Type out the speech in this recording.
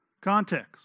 context